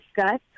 discuss